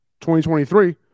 2023